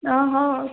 ଓହୋ